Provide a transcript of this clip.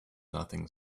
nothing